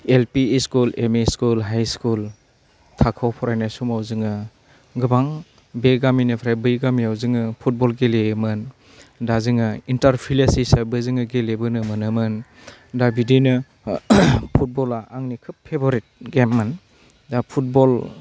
LP school ME school high school थाखोआव फरायनाय समाव जोङो गोबां बे गामिनिफ्राय बै गामियाव जोङो फुटबल गेलेयोमोन दा जोङो इन्टार भिलेज हिसाबै जोङो गेलेबोनो मोनोमोन दा बिदिनो फुटबला आंनि खोब फेभ'रेट गेममोन दा फुटबल